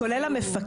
המחלק כולל המפקדת,